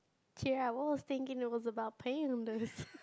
I was thinking it was about pandas